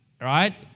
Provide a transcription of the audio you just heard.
right